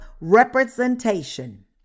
representation